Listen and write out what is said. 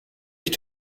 ich